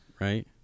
right